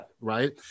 right